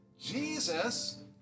Jesus